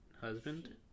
husband